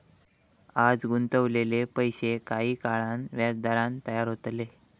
आज गुंतवलेले पैशे काही काळान व्याजदरान तयार होतले